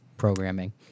Programming